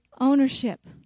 ownership